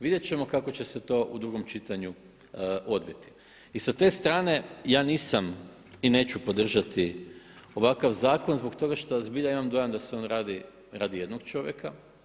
Vidjet ćemo kako će se to u drugom čitanju odviti i sa te strane ja nisam i neću podržati ovakav zakon zbog toga što zbilja imam dojam da se on radi radi jednog čovjeka.